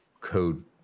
code